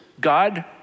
God